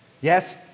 Yes